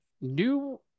new